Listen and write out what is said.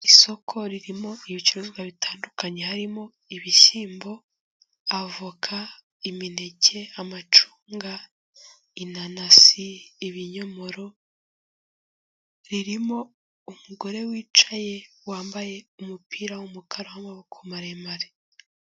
Isoko ririmo ibicuruzwa bitandukanye harimo: ibishyimbo, avoka, imineke, amacunga, inanasi, ibinyomoro. Ririmo umugore wicaye wambaye umupira w'umukara w'amaboko maremare.